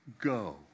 Go